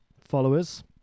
followers